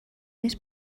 més